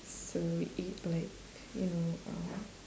so eat like you know uh